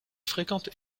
fréquente